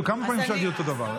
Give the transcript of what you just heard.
כמה פעמים אפשר להגיד אותו דבר?